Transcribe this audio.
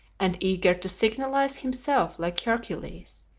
and eager to signalize himself like hercules,